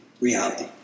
reality